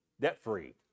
debt-free